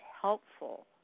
helpful